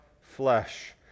flesh